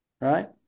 right